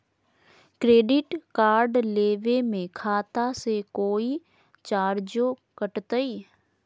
Credit card लेवे में खाता से कोई चार्जो कटतई?